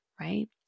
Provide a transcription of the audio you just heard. right